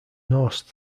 norse